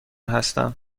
هستم